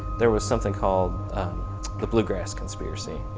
there was something called the bluegrass conspiracy,